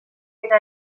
eta